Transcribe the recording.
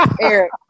Eric